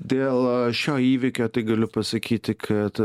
dėl šio įvykio tai galiu pasakyti kad